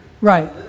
Right